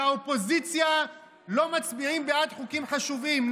שהאופוזיציה לא מצביעה בעד חוקים חשובים,